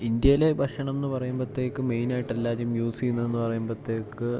ഇന്ത്യയിലെ ഭക്ഷണം എന്ന് പറയുമ്പത്തേക്ക് മെയിൻ ആയിട്ട് യൂസ് ചെയ്യുന്നത് എന്ന് പറയുമ്പത്തേക്ക്